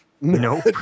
no